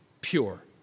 pure